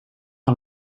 een